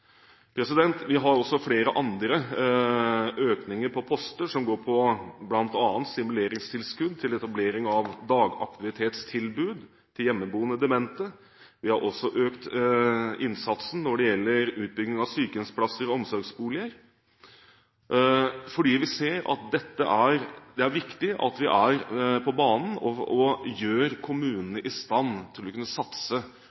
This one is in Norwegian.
Vi har også flere andre økninger på poster, som bl.a. går til stimuleringstilskudd, til etablering av dagaktivitetstilbud til hjemmeboende demente. Vi har også økt innsatsen når det gjelder utbygging av sykehjemsplasser og omsorgsboliger, fordi vi ser at det er viktig at vi er på banen og gjør